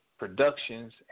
Productions